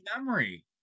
memory